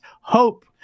hope